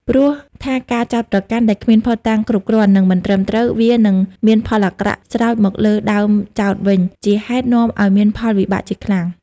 ព្រោះថាការចោទប្រកាន់ដែលគ្មានភ័ស្តុតាងគ្រប់គ្រាន់ និងមិនត្រឹមត្រូវ វានឹងមានផលអាក្រក់ស្រោចមកលើដើមចោទវិញ ជាហេតុនាំឲ្យមានផលវិបាកជាខ្លាំង ៕